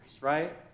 right